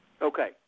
Okay